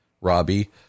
Robbie